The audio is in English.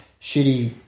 shitty